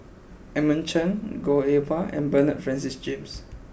Edmund Chen Goh Eng Wah and Bernard Francis James